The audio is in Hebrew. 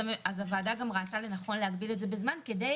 אז הוועדה גם ראתה לנכון להגביל את זה בזמן כדי